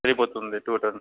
రేపు వస్తుంది two ton